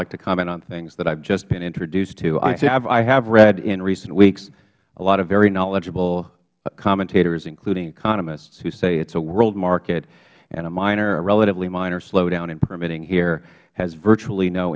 like to comment on things that i've just been introduced to i have read in recent weeks a lot of very knowledgeable commentators including economists who say it is a world market and a relatively minor slowdown in permitting here has virtually no